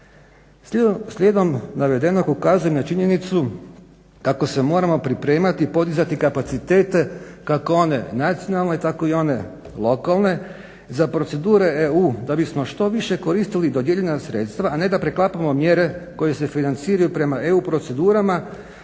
Slijedom navedenog ukazujem na činjenicu kako se moramo pripremati i podizati kapacitete kako one nacionalne tako i one lokalne, za procedure EU da bismo što više koristili dodijeljena sredstva, a ne da preklapamo mjere koje se financiraju prema EU procedurama